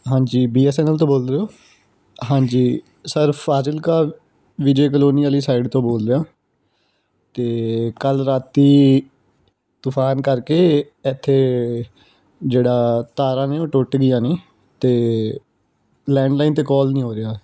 ਹਾਂਜੀ B S N L ਤੋਂ ਬੋਲ ਰਹੇ ਹੋ ਹਾਂਜੀ ਸਰ ਫ਼ਾਜ਼ਿਲਕਾ ਵਿਜੇ ਕਲੋਨੀ ਵਾਲੀ ਸਾਈਡ ਤੋਂ ਬੋਲ ਰਿਹਾ ਅਤੇ ਕੱਲ੍ਹ ਰਾਤ ਤੂਫ਼ਾਨ ਕਰਕੇ ਇੱਥੇ ਜਿਹੜਾ ਤਾਰਾਂ ਨੇ ਉਹ ਟੁੱਟ ਗਈਆਂ ਨੇ ਅਤੇ ਲੈਂਡਲਾਈਨ 'ਤੇ ਕਾਲ ਨਹੀਂ ਹੋ ਰਿਹਾ